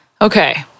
Okay